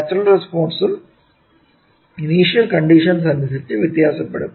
natural റെസ്പോൺസും initial conditions അനുസരിച്ചു വ്യത്യാസപ്പെടും